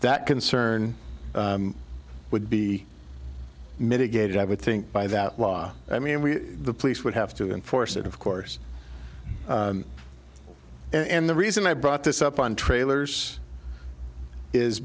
that concern would be mitigated i would think by that law i mean we the police would have to enforce it of course and the reason i brought this up on trailers is